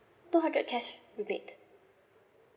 two hundred cash rebate